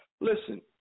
Listen